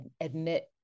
admit